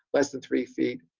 less than three feet